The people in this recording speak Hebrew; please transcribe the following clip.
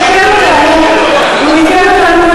אני רוצה למסור הודעה אישית.